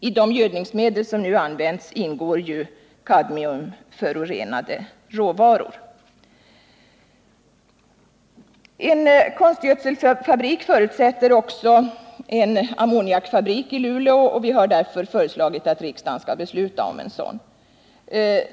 I de gödningsmedel som nu används ingår ju importerade kadmiumförorenade råvaror. En konstgödselfabrik förutsätter också en ammoniakfabrik i Luleå, och vi har därför föreslagit riksdagen att fatta beslut om att anlägga en sådan.